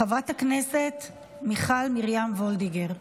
חברת הכנסת מיכל מרים וולדיגר,